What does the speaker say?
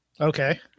Okay